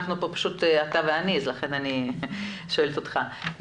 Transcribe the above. רק אתה ואני כאן ולכן אני שואלת אותך.